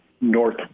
North